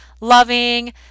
loving